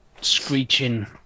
screeching